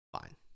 Fine